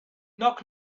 knock